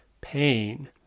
pain